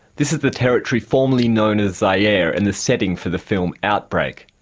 this is the territory formerly known as zaire and the setting for the film outbreak.